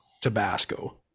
Tabasco